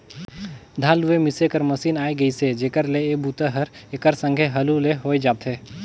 धान लूए मिसे कर मसीन आए गेइसे जेखर ले ए बूता हर एकर संघे हालू ले होए जाथे